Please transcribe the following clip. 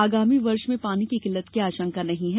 आगामी वर्ष में पानी की किल्लत की आशंका नही है